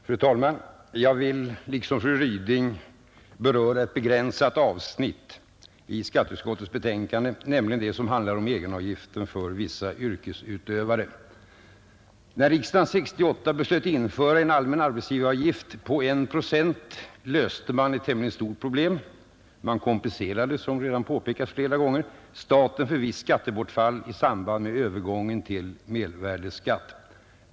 Fru talman! Jag vill liksom fru Ryding beröra ett begränsat avsnitt i skatteutskottets betänkande, nämligen det som handlar om egenavgiften för vissa yrkesutövare. När riksdagen 1968 beslöt införa en allmän arbetsgivaravgift på 1 procent löste man ett tämligen stort problem — man kompenserade, som redan påpekats flera gånger i dag, staten för visst skattebortfall i samband med övergången till mervärdeskatt.